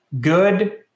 good